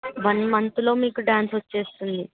one మంత్లో మీకు dance వచ్చేస్తుంది